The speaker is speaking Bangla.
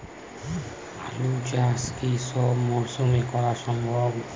আলু চাষ কি সব মরশুমে করা সম্ভব?